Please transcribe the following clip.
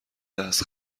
دست